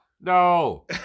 No